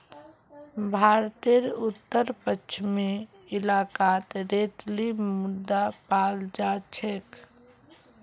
भारतेर उत्तर पश्चिम इलाकात रेतीली मृदा पाल जा छेक